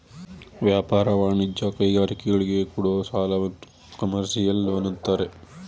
ವ್ಯಾಪಾರ, ವಾಣಿಜ್ಯ, ಕೈಗಾರಿಕೆಗಳಿಗೆ ಕೊಡೋ ಸಾಲವನ್ನು ಕಮರ್ಷಿಯಲ್ ಲೋನ್ ಅಂತಾರೆ